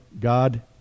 God